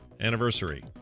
anniversary